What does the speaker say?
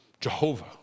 Jehovah